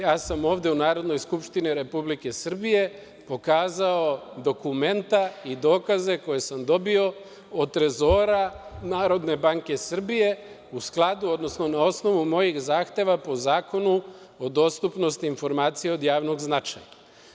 Ja sam ovde u Narodnoj skupštini Republike Srbije pokazao dokumenta i dokaze koje sam dobio od Trezora Narodne banke Srbije, na osnovu mojih zahteva po Zakonu o dostupnosti informacija od javnog značaja.